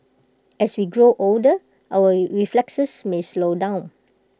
as we grow older our reflexes may slow down